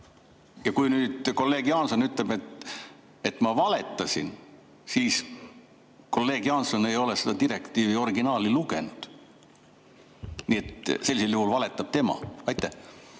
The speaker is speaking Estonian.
Kui nüüd kolleeg Jaansoni ütleb, et ma valetasin, siis kolleeg Jaanson ei ole seda direktiivi, selle originaali lugenud. Nii et sellisel juhul valetab tema. Hea